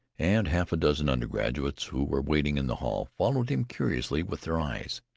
and half a dozen undergraduates, who were waiting in the hall, followed him curiously with their eyes.